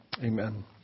Amen